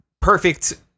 perfect